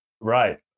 right